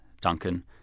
Duncan